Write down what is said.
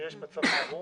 כשיש מצב חירום,